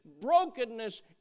brokenness